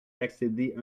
d’accéder